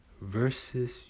versus